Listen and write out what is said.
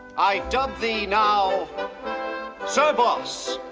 i dub thee now sir boss.